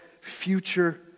future